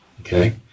Okay